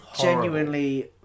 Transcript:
genuinely